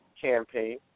campaign